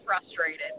frustrated